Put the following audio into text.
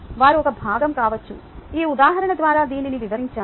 వారు ఒక భాగం కావచ్చు ఈ ఉదాహరణ ద్వారా దీనిని వివరించాను